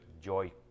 joy